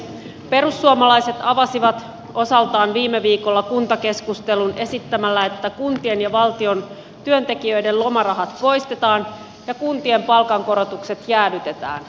perussuomalaiset avasivat osaltaan viime viikolla kuntakeskustelun esittämällä että kuntien ja valtion työntekijöiden lomarahat poistetaan ja kuntien palkankorotukset jäädytetään